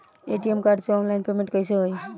ATM card से online payment कैसे होई?